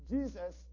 Jesus